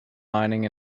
mining